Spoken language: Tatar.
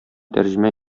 тәрҗемә